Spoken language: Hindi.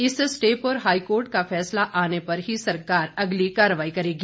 इस स्टे पर हाईकोर्ट का फैसला आने पर ही सरकार अगली कार्रवाई करेगी